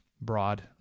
broad